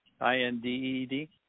I-N-D-E-D